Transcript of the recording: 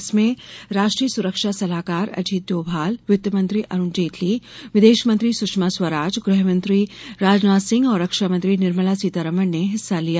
इसमें राष्ट्रीय सुरक्षा सलाहकार अजित डोभाल वित्तमंत्री अरुण जेटली विदेश मंत्री सुषमा स्वराज गृहमंत्री राजनाथ सिंह और रक्षामंत्री निर्मला सीतारमन ने हिस्सा लिया